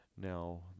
Now